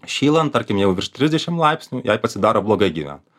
šylant tarkim jeigu virš trisdešimt laipsnių jai pasidaro blogai gyvent